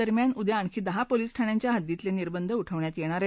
दरम्यान उद्या आणखी दहा पोलीस ठाण्यांच्या हद्दीतील निर्बंध उठवण्यात येणार आहेत